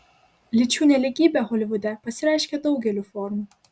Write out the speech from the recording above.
lyčių nelygybė holivude pasireiškia daugeliu formų